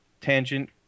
tangent